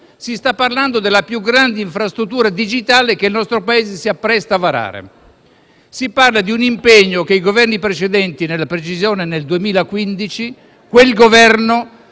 si sta parlando della più grande infrastruttura digitale che il nostro Paese si appresta a varare. Si parla di un impegno che uno dei Governi precedenti, per la precisione nel 2015, prese